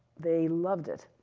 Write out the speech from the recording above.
they loved it.